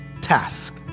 task